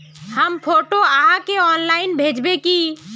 हम फोटो आहाँ के ऑनलाइन भेजबे की?